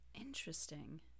Interesting